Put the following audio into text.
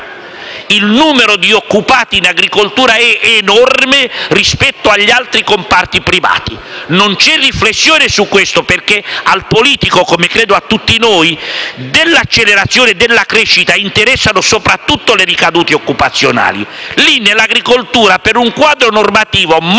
Il numero di occupati in agricoltura è enorme rispetto ad altri comparti privati. Non c'è riflessione su questo perché al politico, come credo a tutti noi, dell'accelerazione e della crescita interessano soprattutto le ricadute occupazionali. In agricoltura, per un quadro normativo molto confuso